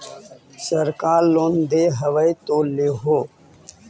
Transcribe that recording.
सरकार लोन दे हबै तो ले हो?